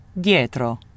dietro